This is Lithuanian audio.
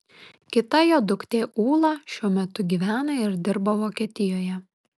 kita jo duktė ūla šiuo metu gyvena ir dirba vokietijoje